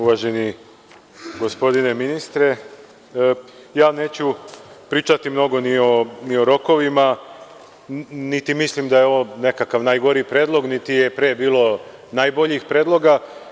Uvaženi gospodine ministre, neću pričati mnogo ni o rokovima, niti mislim da je ovo nekakav najgori predlog, niti je pre bilo najboljih predloga.